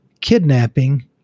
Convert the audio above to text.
kidnapping